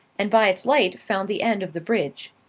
and by its light found the end of the bridge.